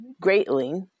greatly